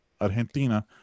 Argentina